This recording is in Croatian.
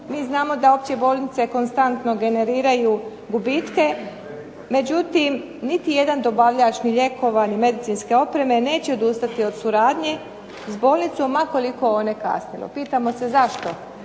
mi znamo da opće bolnice konstantno generiraju gubitke. Međutim niti jedan dobavljač ni lijekova, ni medicinske opreme neće odustati od suradnje s bolnicom ma koliko oni kasnili. Pitamo se zašto?